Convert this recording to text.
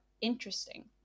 interesting